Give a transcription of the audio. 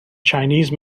chinese